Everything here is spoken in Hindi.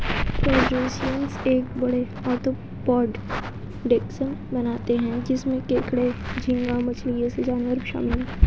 क्रस्टेशियंस एक बड़े, आर्थ्रोपॉड टैक्सोन बनाते हैं जिसमें केकड़े, झींगा मछली जैसे जानवर शामिल हैं